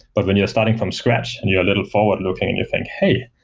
but when you're starting from scratch and you're a little forward looking and you think, hey,